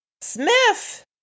Smith